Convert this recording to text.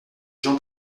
jean